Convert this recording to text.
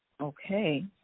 Okay